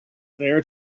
there